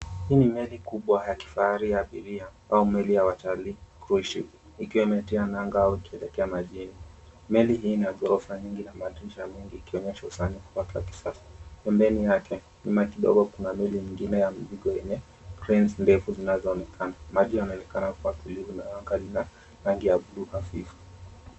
Hii ni meli kubwa ya kifahari ya abiria au meli ya watalii cruise ship ikiwa imetia nanga au ikielekea majini. Meli hii ina ghorofa nyingi na madirisha mengi ikionyesha usanii wake wakisasa. Pembeni yake nyuma kidogo Kuna meli nyingine ya mizigo yenye cranes ndefu zinazoonekana. Maji yanaonekana kuwa tulivu na anga lina rangi ya bluu hafifu.